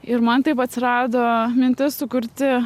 ir man taip atsirado mintis sukurti